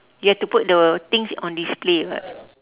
you have to put the things in display [what]